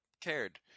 cared